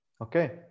Okay